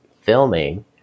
filming